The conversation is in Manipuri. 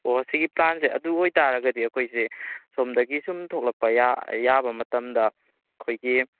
ꯑꯣ ꯁꯤꯒꯤ ꯄ꯭ꯂꯥꯟꯁꯦ ꯑꯗꯨ ꯑꯣꯏꯇꯥꯔꯒꯗꯤ ꯑꯩꯈꯣꯏꯁꯦ ꯁꯣꯝꯗꯒꯤ ꯁꯨꯝ ꯊꯣꯛꯂꯛꯄ ꯌꯥꯕ ꯃꯇꯝꯗ ꯑꯩꯈꯣꯏꯒꯤ